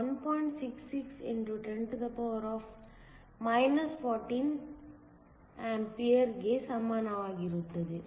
66 x 10 14A ಗೆ ಸಮಾನವಾಗಿರುತ್ತದೆ